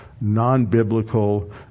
non-biblical